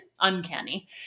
uncanny